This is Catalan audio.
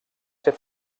ser